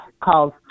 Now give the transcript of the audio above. called